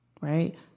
Right